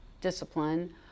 discipline